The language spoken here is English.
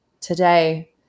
Today